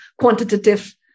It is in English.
quantitative